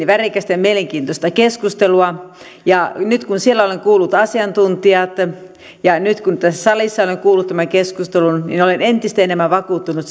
värikästä ja mielenkiintoista keskustelua nyt kun siellä olen kuullut asiantuntijat ja nyt kun tässä salissa olen kuullut tämän keskustelun olen entistä enemmän vakuuttunut